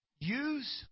Use